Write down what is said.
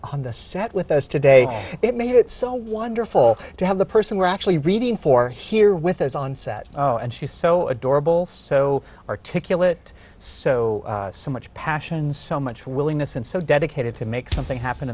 on the set with us today it made it so wonderful to have the person we're actually reading for here with us on set and she's so adorable so articulate so so much passion so much willingness and so dedicated to make something happen